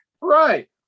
right